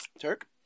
Turk